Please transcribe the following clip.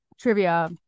trivia